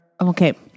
Okay